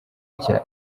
nshya